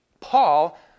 Paul